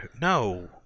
no